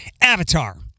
Avatar